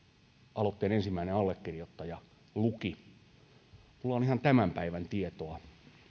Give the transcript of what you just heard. aloitteen ensimmäinen allekirjoittaja luki minulla on ihan tämän päivän tietoa